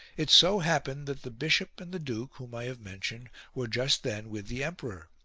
it so happened that the bishop and the duke whom i have mentioned were just then with the emperor.